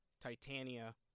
titania